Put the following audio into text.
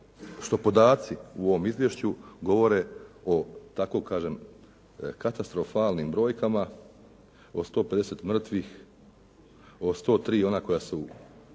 što podaci u ovom izvješću govore o, da tako kažem katastrofalnim brojkama o 150 mrtvih, o 103 ona koja su